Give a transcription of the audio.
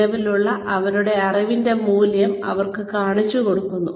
നിലവിലുള്ള അവരുടെ അറിവിന്റെ മൂല്യം അവർക്ക് കാണിച്ചുകൊടുക്കുന്നു